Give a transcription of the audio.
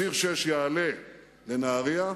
ציר 6 יעלה לנהרייה,